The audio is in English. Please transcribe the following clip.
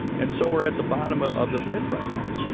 and so we're at the bottom ah of the pit right now.